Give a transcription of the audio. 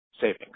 savings